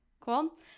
Cool